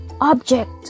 object